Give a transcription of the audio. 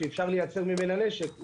שאפשר לייצר ממנה נשק.